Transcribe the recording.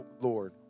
Lord